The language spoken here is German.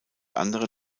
andere